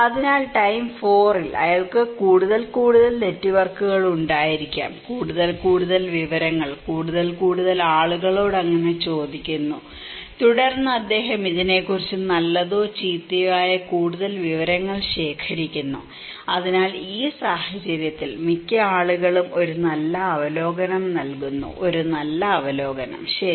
അതിനാൽ ടൈം 4 ൽ അയാൾക്ക് കൂടുതൽ കൂടുതൽ നെറ്റ്വർക്കുകൾ ഉണ്ടായിരിക്കാം കൂടുതൽ കൂടുതൽ വിവരങ്ങൾ കൂടുതൽ കൂടുതൽ ആളുകളോട് അങ്ങനെ ചോദിക്കുന്നു തുടർന്ന് അദ്ദേഹം ഇതിനെക്കുറിച്ച് നല്ലതോ ചീത്തയോ ആയ കൂടുതൽ വിവരങ്ങൾ ശേഖരിക്കുന്നു അതിനാൽ ഈ സാഹചര്യത്തിൽ മിക്ക ആളുകളും ഒരു നല്ല അവലോകനം നൽകുന്നു ഒരു നല്ല അവലോകനം ശരി